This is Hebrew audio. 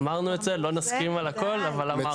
אמרנו את זה, לא נסכים על הכול, אבל אמרנו.